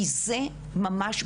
כי זה ממש,